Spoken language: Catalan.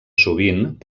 sovint